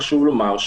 חשוב לומר,